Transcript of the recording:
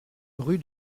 rue